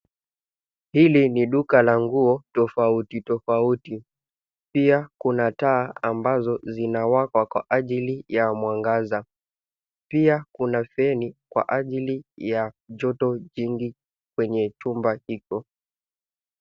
Hili ni duka la nguo tafauti tafauti, pia kuna taa ambazo zinawaka kwa ajili wa mwangaza. Pia kuna veni kwa ajili ya joto jingi kwenye jumba hiko.